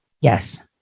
Yes